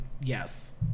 yes